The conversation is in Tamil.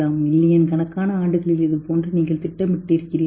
மில்லியன் கணக்கான ஆண்டுகளில் இதுபோன்று நீங்கள் திட்டமிட்டிருக்கிறீர்களா